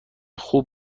خوب